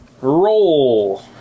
Roll